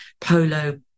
polo